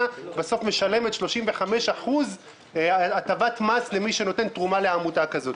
בסוף משלמת 35% הטבת מס למי שנותן תרומה לעמותה כזאת?